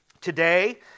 Today